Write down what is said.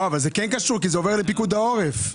זה כן קשור כי זה עובר לפיקוד העורף.